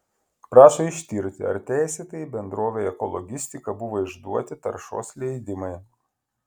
prašo ištirti ar teisėtai bendrovei ekologistika buvo išduoti taršos leidimai